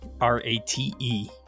R-A-T-E